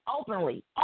openly